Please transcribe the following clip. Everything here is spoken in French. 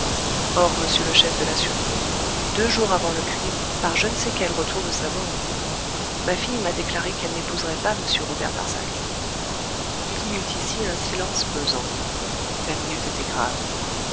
or monsieur le chef de la sûreté deux jours avant le crime par je ne sais quel retour de sa volonté ma fille m'a déclaré qu'elle n'épouserait pas m robert darzac il y eut ici un silence pesant la minute était grave